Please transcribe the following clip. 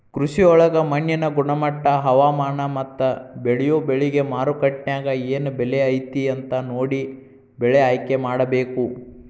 ಕೃಷಿಯೊಳಗ ಮಣ್ಣಿನ ಗುಣಮಟ್ಟ, ಹವಾಮಾನ, ಮತ್ತ ಬೇಳಿಯೊ ಬೆಳಿಗೆ ಮಾರ್ಕೆಟ್ನ್ಯಾಗ ಏನ್ ಬೆಲೆ ಐತಿ ಅಂತ ನೋಡಿ ಬೆಳೆ ಆಯ್ಕೆಮಾಡಬೇಕು